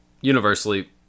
universally